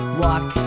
walk